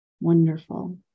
Wonderful